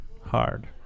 hard